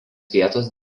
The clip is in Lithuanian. vietos